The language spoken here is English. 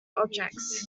objects